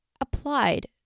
applied